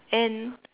and